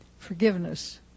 Forgiveness